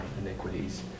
iniquities